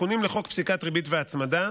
תיקונים לחוק פסיקת ריבית והצמדה: